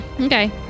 Okay